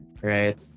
right